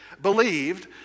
believed